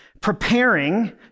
preparing